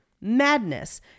madness